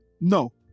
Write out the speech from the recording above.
No